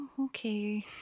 okay